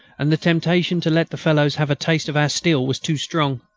and the temptation to let the fellows have a taste of our steel was too strong.